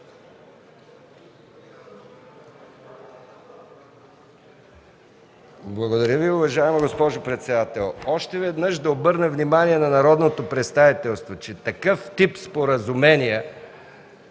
Благодаря Ви, уважаема госпожо председател. Още веднъж да обърна внимание на народното представителство, че такъв тип споразумения